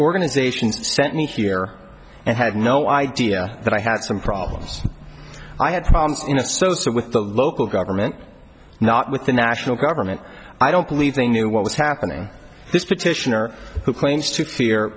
organizations sent me here and had no idea that i had some problems i had problems in associate with the local government not with the national government i don't believe they knew what was happening this petitioner who claims to fear